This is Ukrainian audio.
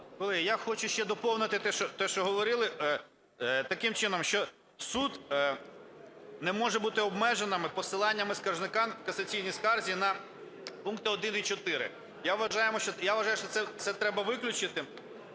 Колеги, я хочу ще доповнити те, що говорили таким чином, що суд не може бути обмежений посиланням скаржника в касаційній скарзі на пункти 1 і 4. Я вважаю, що це треба виключити,